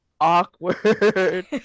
awkward